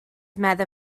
meddai